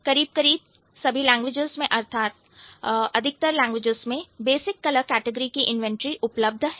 करीब करीब सभी लैंग्वेतेज़ में अर्थात अधिकतर लैंग्वेजेज़ में बेसिक कलर कैटेगरी की इन्वेंटरी उपलब्ध है